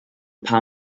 paar